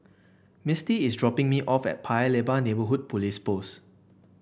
Misty is dropping me off at Paya Lebar Neighbourhood Police Post